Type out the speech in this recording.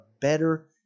better